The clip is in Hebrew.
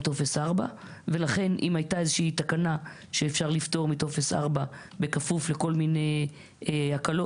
בעולמות של עליית מפלס פני ים,